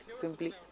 Simply